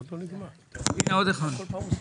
משפט.